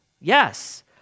yes